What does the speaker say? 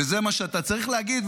וזה מה שאתה צריך להגיד,